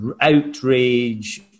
outrage